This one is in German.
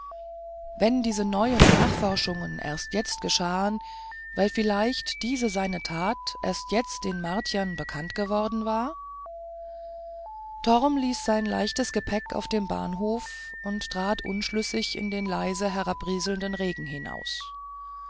wenn diese neuen nachforschungen jetzt erst geschahen weil vielleicht diese seine tat erst jetzt den martiern bekannt geworden war torm ließ sein leichtes gepäck auf dem bahnhof und trat unschlüssig in den leise herabrieselnden regen hinaus